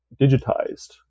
digitized